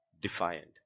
Defiant